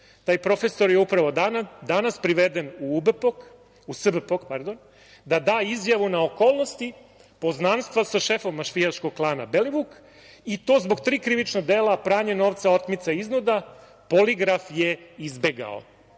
profesor je upravo danas priveden u SBPOK da da izjavu na okolnosti poznanstva sa šefom mafijaškog klana Belivuk i to zbog tri krivična dela: pranje novca, otmica, iznuda. Poligraf je izbegao.